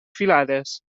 filades